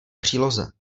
příloze